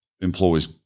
employees